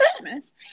Christmas